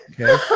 okay